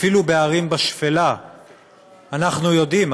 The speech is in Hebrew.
אפילו בערים בשפלה אנחנו יודעים,